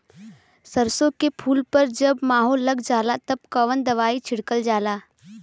सरसो के फूल पर जब माहो लग जाला तब कवन दवाई छिड़कल जाला?